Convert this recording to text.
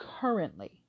currently